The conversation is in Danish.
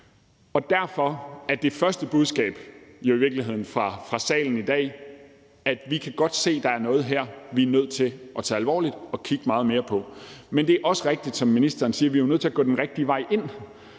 Derfor er det første budskab fra salen i dag i virkeligheden, at vi godt kan se, der er noget her, vi er nødt til at tage alvorligt og kigge meget mere på. Men det er også rigtigt, som ministeren siger, at vi er nødt til at gå den rigtige vej ind,